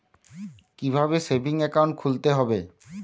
কীভাবে savings account খুলতে হবে?